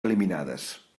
eliminades